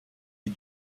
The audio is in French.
est